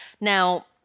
Now